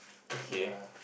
okay